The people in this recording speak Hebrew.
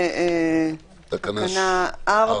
בתקנה 4